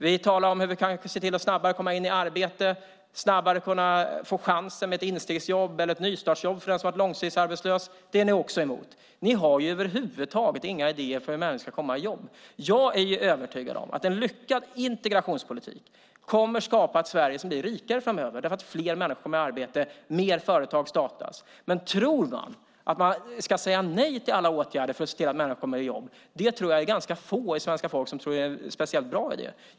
Vi talar om hur vi kan se till att människor snabbare kommer in i arbete och får chansen genom att instegsjobb eller ett nystartsjobb för den som har varit långtidsarbetslös. Det är ni också emot. Ni har över huvud taget inga idéer för hur människor ska få jobb. Jag är övertygad om att en lyckad integrationspolitik kommer att skapa ett Sverige som blir rikare framöver därför att fler människor får arbete och fler företag startas. Jag tror att det är ganska få av svenska folket som tycker att det är en speciellt bra idé att säga nej till alla åtgärder för att se till att människor får jobb.